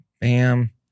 bam